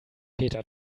peter